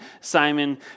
Simon